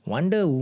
Wonder